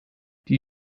die